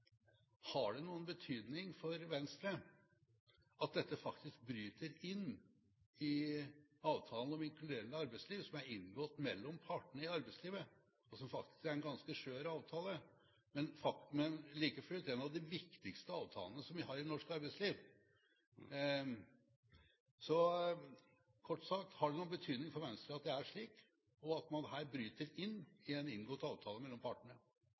Har det noen betydning for Venstre at dette faktisk bryter inn i avtalen om inkluderende arbeidsliv som er inngått mellom partene i arbeidslivet, og som faktisk er en ganske skjør avtale, men like fullt en av de viktigste avtalene vi har i norsk arbeidsliv? Kort sagt: Har det noen betydning for Venstre at det er slik, og at man her bryter inn i en inngått avtale mellom partene?